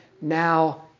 now